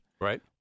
Right